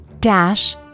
dash